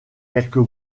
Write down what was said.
quelques